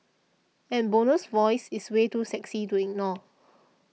and Bono's voice is way too sexy to ignore